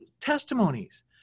testimonies